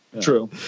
True